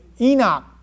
Enoch